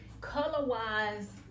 Color-wise